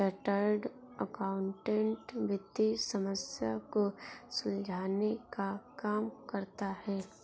chartered accountant वित्तीय समस्या को सुलझाने का काम करता है